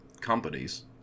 companies